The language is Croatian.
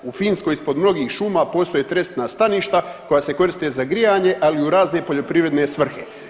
U Finskoj ispod mnogih šuma postoje trestna staništa koja se koriste za grijanje, ali i u razne poljoprivredne svrhe.